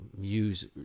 use